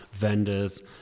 vendors